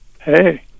Hey